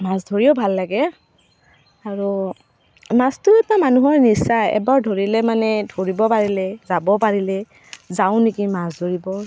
মাছ ধৰিও ভাল লাগে আৰু মাছটো এটা মানুহৰ নিচাই এবাৰ ধৰিলে মানে ধৰিব পাৰিলে যাব পাৰিলে যাওঁ নেকি মাছ ধৰিব